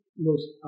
Los